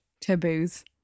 taboos